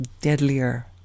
deadlier